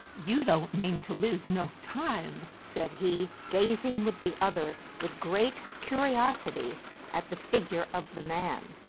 you don't mean to lose no time, said he, gazing with the others with great curiosity at the figure of the man.